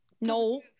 no